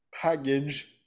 package